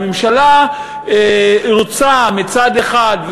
הממשלה רוצה מצד אחד,